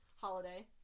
Holiday